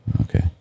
okay